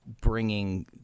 bringing –